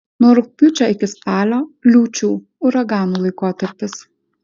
nuo rugpjūčio iki spalio liūčių uraganų laikotarpis